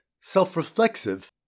Self-Reflexive